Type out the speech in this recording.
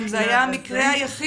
אם זה היה המקרה היחיד,